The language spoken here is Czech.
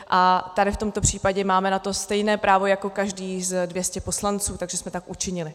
A tady v tomto případě máme na to stejné právo jako každý z 200 poslanců, takže jsme tak učinili.